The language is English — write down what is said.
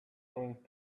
going